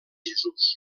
jesús